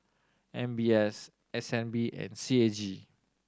M B S S N B and C A G